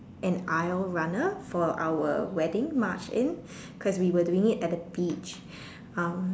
and aisle runner for our wedding march in cause we were doing it at the beach um